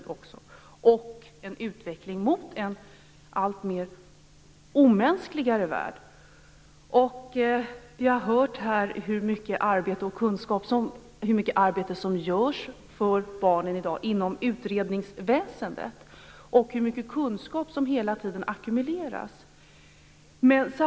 Den innebär också en utveckling mot en alltmer omänskligare värld. Vi har hört här hur mycket arbete som utförs inom utredningsväsendet för barnen i dag, och hur mycket kunskap som hela tiden ackumuleras.